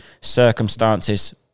circumstances